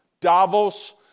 Davos